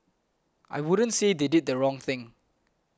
I wouldn't say they did the wrong thing